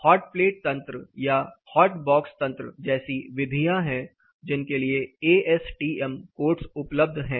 hot plate तंत्र या hot box तंत्र जैसी विधियाँ हैं जिनके लिए ASTM कोड्स उपलब्ध हैं